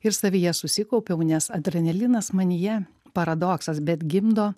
ir savyje susikaupiau nes adrenalinas manyje paradoksas bet gimdo